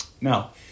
Now